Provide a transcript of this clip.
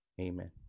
Amen